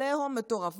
עליהום מטורף.